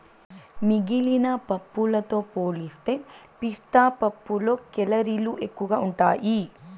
మిగిలిన పప్పులతో పోలిస్తే పిస్తా పప్పులో కేలరీలు ఎక్కువగా ఉంటాయి